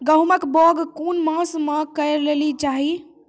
गेहूँमक बौग कून मांस मअ करै लेली चाही?